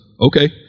okay